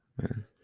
Man